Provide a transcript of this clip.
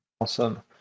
Awesome